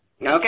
Okay